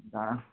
দাঁড়া